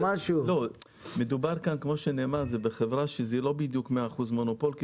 זה בחברה שהיא לא בדיוק מאה אחוזים מונופול כי